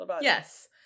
yes